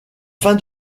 fin